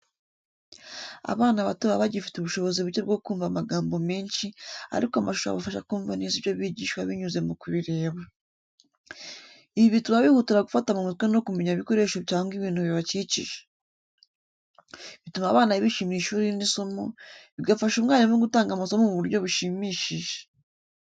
Abana bato baba bagifite ubushobozi buke bwo kumva amagambo menshi, ariko amashusho abafasha kumva neza ibyo bigishwa binyuze mu kubireba. Ibi bituma bihutira gufata mu mutwe no kumenya ibikoresho cyangwa ibintu bibakikije. Bituma abana bishimira ishuri n’isomo, bigafasha umwarimu gutanga amasomo mu buryo bushimishije.